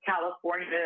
California